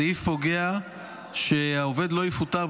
הסעיף קובע שהעובד לא יפוטר,